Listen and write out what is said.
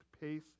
pace